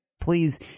Please